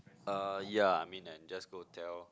uh yea I mean and just go tell